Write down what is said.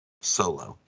solo